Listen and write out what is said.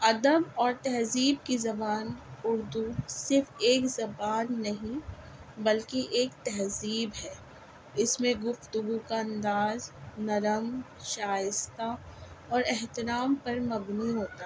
ادب اور تہذیب کی زبان اردو صرف ایک زبان نہیں بلکہ ایک تہذیب ہے اس میں گفتگو کا انداز نرم شائستہ اور احترام پر مبنی ہوتا ہے